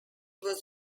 was